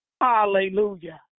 Hallelujah